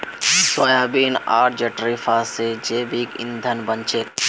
soybean आर jatropha स जैविक ईंधन बन छेक